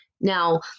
Now